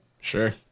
Sure